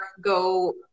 go